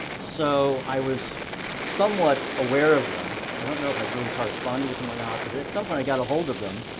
so i was somewhat aware of them. i don't know if i really corresponded with them or not, but at some point i got a hold of them.